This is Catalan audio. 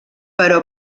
però